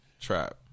Trap